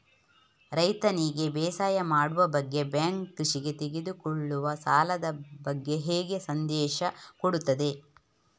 ರೈತನಿಗೆ ಬೇಸಾಯ ಮಾಡುವ ಬಗ್ಗೆ ಬ್ಯಾಂಕ್ ಕೃಷಿಗೆ ತೆಗೆದುಕೊಳ್ಳುವ ಸಾಲದ ಬಗ್ಗೆ ಹೇಗೆ ಸಂದೇಶ ಕೊಡುತ್ತದೆ?